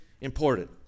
important